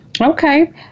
Okay